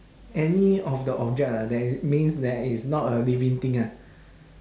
any of the object ah that means that is not a living thing ah